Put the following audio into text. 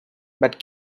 but